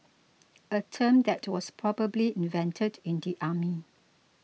a term that was probably invented in the army